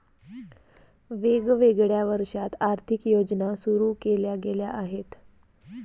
वेगवेगळ्या वर्षांत आर्थिक योजना सुरू केल्या गेल्या आहेत